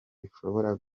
bishobora